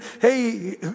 hey